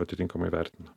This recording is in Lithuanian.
atitinkamai vertina